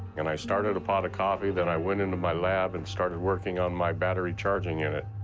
and i started a pot of coffee then i went into my lab and started working on my battery charging unit.